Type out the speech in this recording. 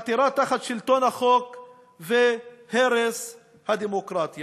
בחתירה תחת שלטון החוק ובהרס הדמוקרטיה.